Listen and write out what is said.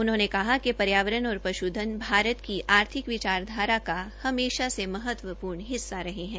उन्होंने कहा कि पर्यावरण और पश्धन भारत की आर्थिक विचारधारा का हमेशा से महत्वपूर्ण हिस्सा रहे है